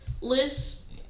lists